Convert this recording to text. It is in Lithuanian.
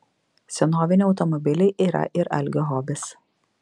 senoviniai automobiliai yra ir algio hobis